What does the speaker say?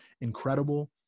incredible